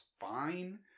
fine